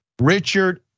Richard